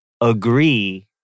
agree